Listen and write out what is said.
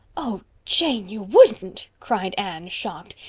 oh, jane, you wouldn't, cried anne, shocked.